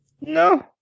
No